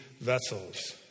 vessels